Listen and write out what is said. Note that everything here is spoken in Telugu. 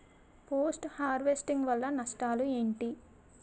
పోస్ట్ హార్వెస్టింగ్ వల్ల నష్టాలు ఏంటి?